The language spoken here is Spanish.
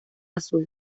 azul